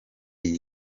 iyi